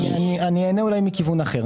אני אענה אולי מכיוון אחר,